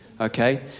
Okay